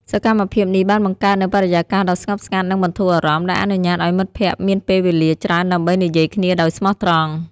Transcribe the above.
សកម្មភាពនេះបានបង្កើតនូវបរិយាកាសដ៏ស្ងប់ស្ងាត់និងបន្ធូរអារម្មណ៍ ដែលអនុញ្ញាតឱ្យមិត្តភក្តិមានពេលវេលាច្រើនដើម្បីនិយាយគ្នាដោយស្មោះត្រង់។